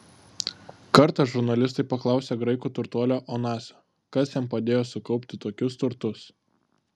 kartą žurnalistai paklausė graikų turtuolio onasio kas jam padėjo sukaupti tokius turtus